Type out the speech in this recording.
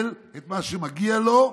שהן חיוביות, צריך לקבל את מה שמגיע לו,